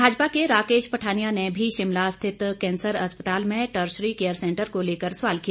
भाजपा के राकेश पठानिया ने भी शिमला स्थित कैंसर अस्पताल में टरशरी केयर सेंटर को लेकर सवाल किया